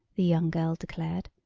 the young girl declared.